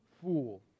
fool